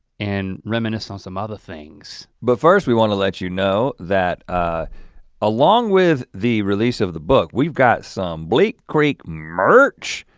and reminisce on some other things. but first we wanna let you know that ah along with the release of the book, we've got some bleak creek merch.